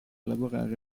lavorare